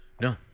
No